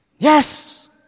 Yes